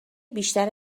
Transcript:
بیشتر